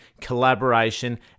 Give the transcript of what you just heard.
collaboration